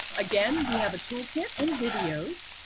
again, we have a toolkit and videos.